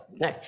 no